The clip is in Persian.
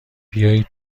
بیایید